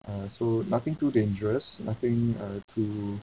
uh so nothing too dangerous nothing uh too